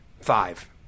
Five